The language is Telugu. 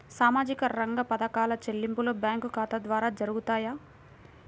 సామాజిక రంగ పథకాల చెల్లింపులు బ్యాంకు ఖాతా ద్వార జరుగుతాయా?